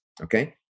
Okay